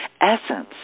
essence